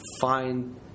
find –